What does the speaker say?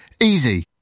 Easy